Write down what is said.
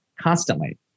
constantly